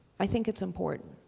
i think it's important.